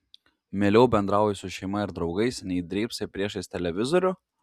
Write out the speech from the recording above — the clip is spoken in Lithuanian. mieliau bendrauji su šeima ir draugais nei drybsai priešais televizorių